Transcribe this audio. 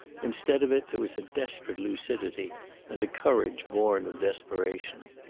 instead of it there was a desperate lucidity and a courage born of desperation.